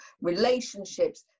relationships